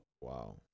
Wow